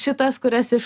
šitas kurias iš